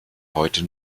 heute